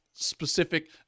specific